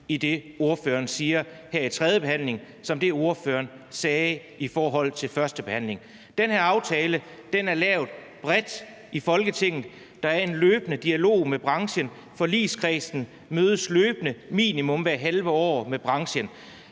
i det, ordføreren siger her ved tredjebehandlingen, i forhold til det, ordføreren sagde i førstebehandlingen. Den her aftale er lavet bredt i Folketinget, der er en løbende dialog med branchen, og forligskredsen mødes løbende, minimum hvert halve år, med branchen.